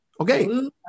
Okay